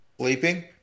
Sleeping